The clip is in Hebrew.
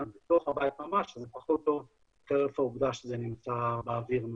בתוך הבית ממש אז זה פחות טוב חרף העובדה שזה נמצא באוויר מעל.